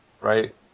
right